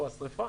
או השריפה,